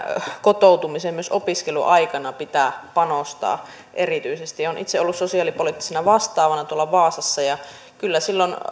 kotoutumiseen myös opiskeluaikana pitää panostaa erityisesti olen itse ollut sosiaalipoliittisena vastaavana tuolla vaasassa ja kyllä silloin